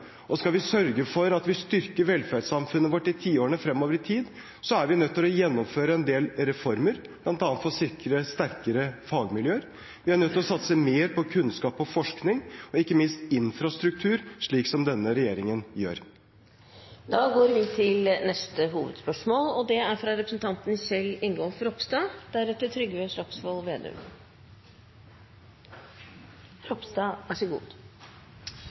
Skal vi sørge for at vi styrker velferdssamfunnet vårt i tiårene fremover, er vi nødt til å gjennomføre en del reformer, bl.a. for å sikre sterkere fagmiljøer. Vi er nødt til å satse mer på kunnskap og forskning og ikke minst infrastruktur, slik denne regjeringen gjør. Vi går til neste hovedspørsmål. Mitt spørsmål går til arbeidsministeren. Norge er